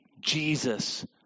Jesus